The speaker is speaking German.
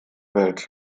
welt